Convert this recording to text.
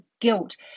guilt